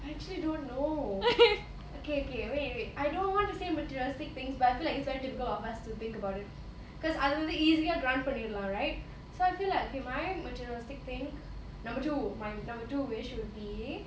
I actually don't know okay okay wait wait I don't want to say materialistic things but I feel like it's very typical for us to think about it because அதுவந்து:adhuvandhu easier grant பண்ணிரலாம்:panniralam right so I feel like if my materialistic thing number two my number two wish would be